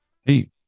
Hey